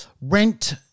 rent